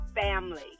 family